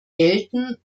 gelten